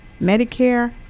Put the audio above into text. Medicare